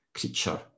creature